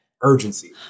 urgency